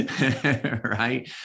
Right